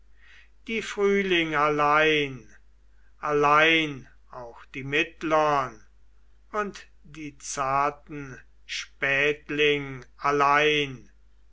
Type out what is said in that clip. die frühling allein allein auch die mittlern und die zarten spätling allein